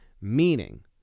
meaning